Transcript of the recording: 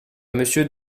monsieur